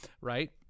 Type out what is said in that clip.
right